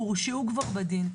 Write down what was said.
הורשעו בדין.